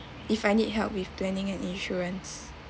if I need help with planning and insurance